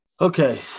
okay